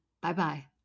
Bye-bye